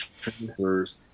transfers